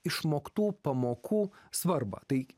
išmoktų pamokų svarbą tai